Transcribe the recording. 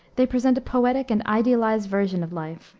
they present a poetic and idealized version of life,